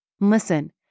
Listen